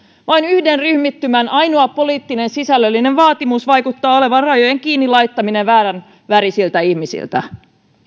vain yhden ryhmittymän ainoa poliittinen sisällöllinen vaatimus vaikuttaa olevan rajojen kiinni laittaminen väärän värisiltä ihmisiltä